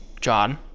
John